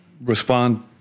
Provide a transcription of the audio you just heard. respond